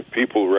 people